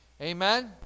Amen